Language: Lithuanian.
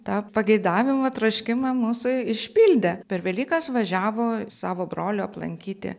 tą pageidavimą troškimą mūsų išpildė per velykas važiavo savo brolio aplankyti